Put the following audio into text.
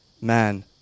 Man